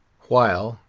while,